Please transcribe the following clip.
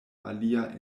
alia